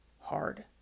hard